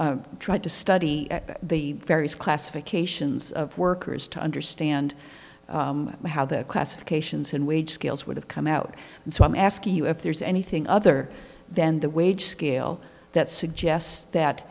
pooler tried to study the various classifications of workers to understand how the classifications and wage scales would have come out and so i'm asking you if there's anything other than the wage scale that suggests that